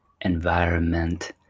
environment